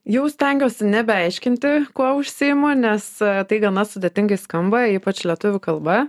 jau stengiuosi nebeaiškinti kuo užsiimu nes tai gana sudėtingai skamba ypač lietuvių kalba